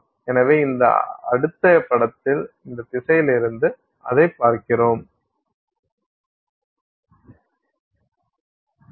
எனவே இந்த அடுத்த படத்தில் இந்த திசையிலிருந்து அதைப் பார்க்கிறோம்